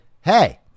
hey